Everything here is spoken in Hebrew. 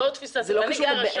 זאת תפיסת עולמי.